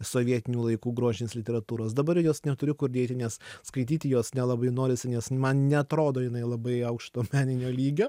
sovietinių laikų grožinės literatūros dabar jos neturiu kur dėti nes skaityti jos nelabai norisi nes man neatrodo jinai labai aukšto meninio lygio